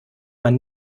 man